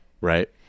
Right